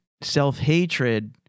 self-hatred